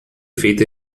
feita